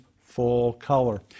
full-color